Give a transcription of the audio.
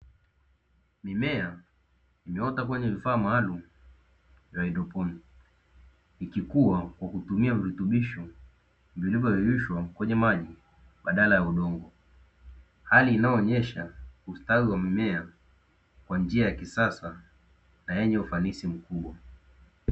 Mimea imeota kwenye vifaa maalumu vya haidroponi ikikua kwa kutumia virutubisho vilivyoyeyushwa kwenye maji badala ya udongo, hali inayoonyesha ustawi wa mimea kwa njia ya kisasa na yenye ufanisi mkubwa.